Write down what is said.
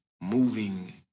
moving